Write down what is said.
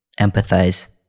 empathize